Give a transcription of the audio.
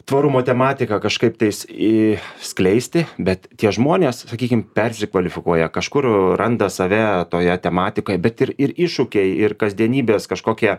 tvarumo tematiką kažkaip tais į skleisti bet tie žmonės sakykim persikvalifikuoja kažkur randa save toje tematikoj bet ir ir iššūkiai ir kasdienybės kažkokie